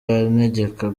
antegeka